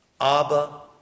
Abba